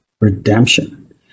Redemption